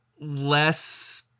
less